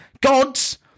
Gods